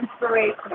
inspiration